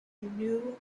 new